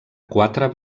quatre